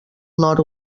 nord